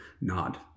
nod